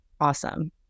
awesome